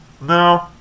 No